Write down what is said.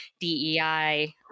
DEI